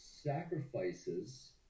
sacrifices